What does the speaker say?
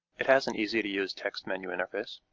it has an easy to use text menu interface.